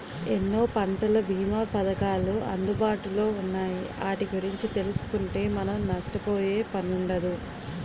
ఎన్నో పంటల బీమా పధకాలు అందుబాటులో ఉన్నాయి ఆటి గురించి తెలుసుకుంటే మనం నష్టపోయే పనుండదు